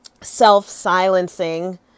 self-silencing